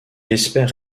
espère